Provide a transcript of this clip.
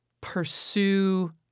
pursue